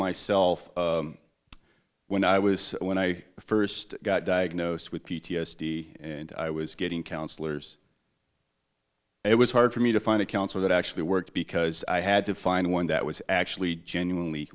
myself when i was when i first got diagnosed with p t s d and i was getting counselors it was hard for me to find a counselor that actually worked because i had to find one that was actually genuinely